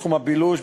בתחום הבילוש,